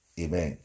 Amen